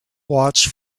watch